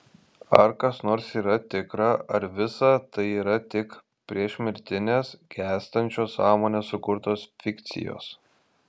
ar kas nors yra tikra ar visa tai yra tik priešmirtinės gęstančios sąmonės sukurtos fikcijos